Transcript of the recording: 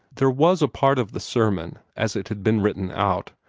there was a part of the sermon, as it had been written out,